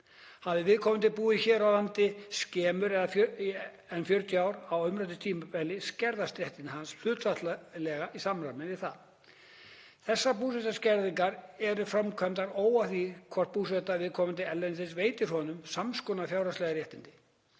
Hafi viðkomandi búið hér á landi skemur en 40 ár á umræddu tímabili skerðast réttindi hans hlutfallslega í samræmi við það. Þessar búsetuskerðingar eru framkvæmdar óháð því hvort búseta viðkomandi erlendis veiti honum sams konar fjárhagsleg réttindi.